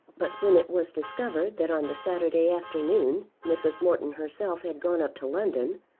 but when it was discovered that on the saturday afternoon mrs. morton herself had gone up to london,